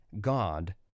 God